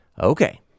Okay